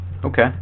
Okay